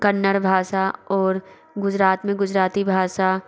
कन्नर भाषा और गुजरात में गुजराती भाषा